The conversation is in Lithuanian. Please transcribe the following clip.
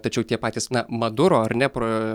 tačiau tie patys na maduro ar ne pro